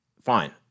fine